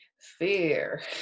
fear